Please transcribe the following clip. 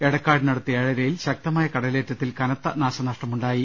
എടക്കാടിനടുത്ത് ഏഴരയിൽ ശക്തമായ കടലേറ്റത്തിൽ കനത്ത നാശനഷ്ടമുണ്ടായി